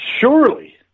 surely